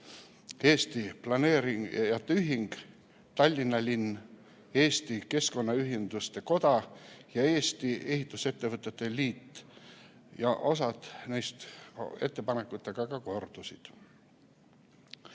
Eesti Planeerijate Ühing, Tallinna linn, Eesti Keskkonnaühenduste Koda ja Eesti Ehitusettevõtjate Liit. Osa neist ettepanekutest ka kordus.